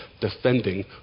defending